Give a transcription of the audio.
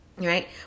right